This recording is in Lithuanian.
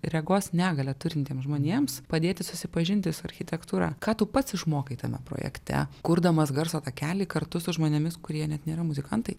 regos negalią turintiem žmonėms padėti susipažinti su architektūra ką tu pats išmokai tame projekte kurdamas garso takelį kartu su žmonėmis kurie net nėra muzikantai